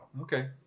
Okay